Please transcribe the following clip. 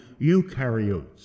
eukaryotes